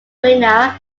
winner